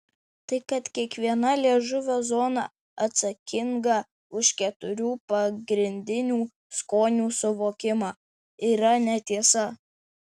tai kad kiekviena liežuvio zona atsakinga už keturių pagrindinių skonių suvokimą yra netiesa